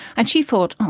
and she thought, oh,